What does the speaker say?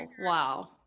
Wow